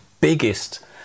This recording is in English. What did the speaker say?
biggest